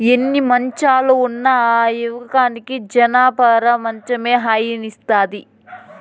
ఎన్ని మంచాలు ఉన్న ఆ యవ్వకి జనపనార మంచమే హాయినిస్తాది